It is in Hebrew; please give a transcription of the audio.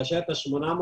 באשר ל-800,